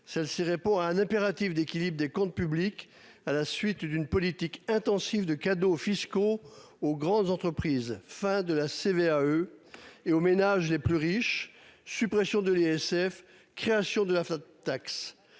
Celle-ci répond à un impératif d'équilibre des comptes publics. À la suite d'une politique intensive de cadeaux fiscaux aux grandes entreprises. Fin de la CVAE. Et aux ménages les plus riches. Suppression de l'ISF, création de la flat